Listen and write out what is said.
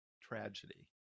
tragedy